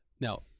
Now